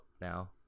now